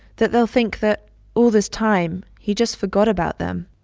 that they'll think that all this time he just forgot about them.